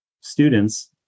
students